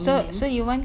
then you can